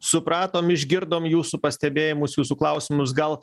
supratom išgirdom jūsų pastebėjimus jūsų klausimus gal